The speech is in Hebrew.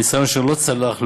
ניסיון אשר לא צלח.